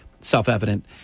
self-evident